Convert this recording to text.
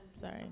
sorry